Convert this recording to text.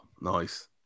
nice